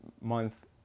month